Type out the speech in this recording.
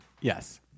Yes